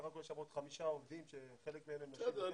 עוד חמישה עובדים שחלק מהם --- בסדר,